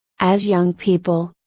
as young people,